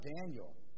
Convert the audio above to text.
Daniel